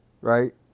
right